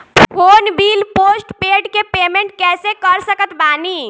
Phone bill postpaid के payment कैसे कर सकत बानी?